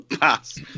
pass